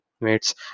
mates